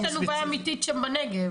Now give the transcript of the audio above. יש לנו בעיה אמיתית שם בנגב.